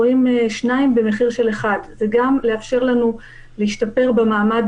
רואים שניים במחיר של אחד: זה גם מאפשר לנו להשתפר במעמד